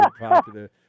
popular